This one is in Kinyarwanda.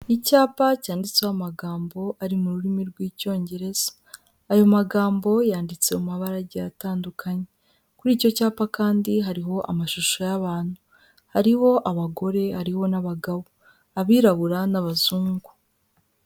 Icyapa cyanditseho amagambo ari mu rurimi rw'icyongereza, ayo magambo yanditse mu mabara agiye atandukanye, kuri icyo cyapa kandi hariho amashusho y'abantu, hariho abagore, hariho n'abagabo, abirabura n'abazungu.